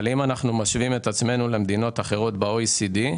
אבל אם אנחנו משווים את עצמנו למדינות אחרות ב-OECD,